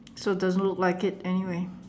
so doesn't look like it anyway